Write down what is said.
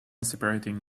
separating